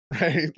right